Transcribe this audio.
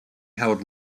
held